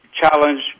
challenge